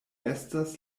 estas